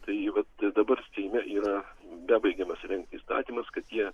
tai vat ir dabar seime yra bebaigiamas rengti įstatymas kad tie